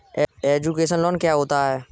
Education loan क्या होता है?